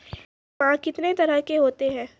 बीमा कितने तरह के होते हैं?